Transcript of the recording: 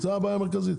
זו הבעיה המרכזית.